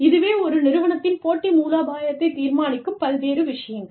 இதுவே ஒரு நிறுவனத்தின் போட்டி மூலோபாயத்தை தீர்மானிக்கும் பல்வேறு விஷயங்கள்